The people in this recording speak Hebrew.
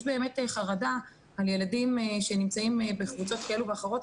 יש באמת חרדה על ילדים שנמצאים בקבוצות כאלו ואחרות,